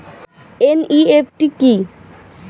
NEFT কি?